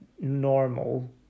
normal